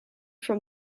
from